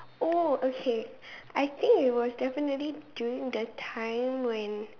oh okay I think it was definitely during the time when